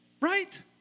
Right